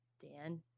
Dan